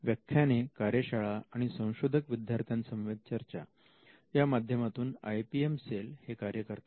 व्याख्याने कार्यशाळा आणि संशोधक विद्यार्थ्यांना समवेत चर्चा या माध्यमातून आय पी एम सेल हे कार्य करते